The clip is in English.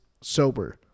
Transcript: sober